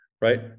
right